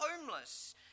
homeless